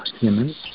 humans